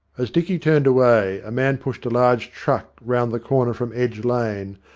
as dicky turned away a man pushed a large truck round the corner from edge lane,